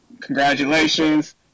congratulations